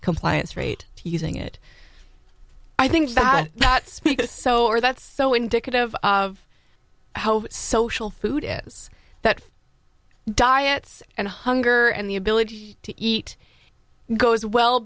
compliance rate using it i think that i'm not speaking so or that's so indicative of how social food is that diets and hunger and the ability to eat goes well